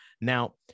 Now